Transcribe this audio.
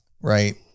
right